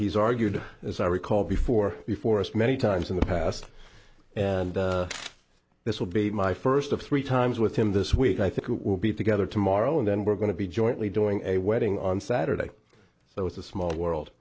he's argued as i recall before the forest many times in the past and this will be my first of three times with him this week i think we'll be together tomorrow and then we're going to be jointly doing a wedding on saturday so it's a small world